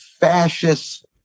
fascist